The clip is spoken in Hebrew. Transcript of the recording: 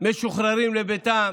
משוחררים לביתם